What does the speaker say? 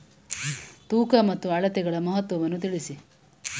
ತೂಕ ಮತ್ತು ಅಳತೆಗಳ ಮಹತ್ವವನ್ನು ತಿಳಿಸಿ?